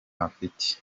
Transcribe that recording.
mfite